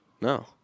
No